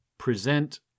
Present